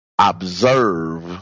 observe